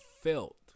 felt